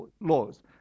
laws